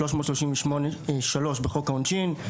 338(א3) בחוק העונשין,